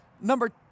number